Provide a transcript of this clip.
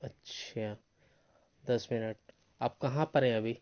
اچھا دس منٹ آپ کہاں پر ہیں ابھی